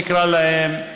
נקרא להן,